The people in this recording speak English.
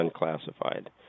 unclassified